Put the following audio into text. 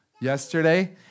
yesterday